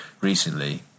recently